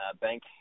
bank